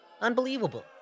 Unbelievable